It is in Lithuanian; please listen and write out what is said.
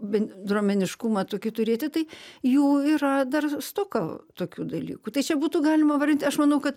bendruomeniškumą tokį turėti tai jų yra dar stoka tokių dalykų tai čia būtų galima vardinti aš manau kad